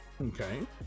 okay